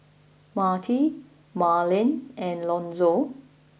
Matie Marlen and Lonzo